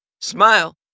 Smile